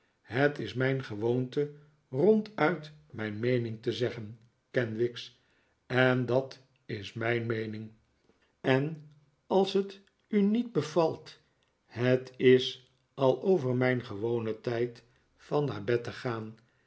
het is mijn gewoonte ronduit mijn meening te zeggen kenwigs en dat is mijn meening en als het u niet bevalt het is al oyer mijn gewonen tijd van naar bed te gaan